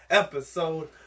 episode